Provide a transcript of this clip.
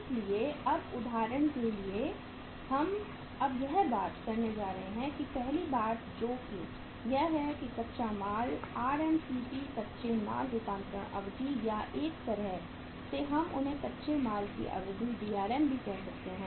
इसलिए उदाहरण के लिए हम अब बात करने जा रहे हैं पहली बात जो कि यह है कि कच्चा माल RMCP कच्चे माल रूपांतरण अवधि या एक तरह से हम उन्हें कच्चे माल की अवधि भी कह सकते हैं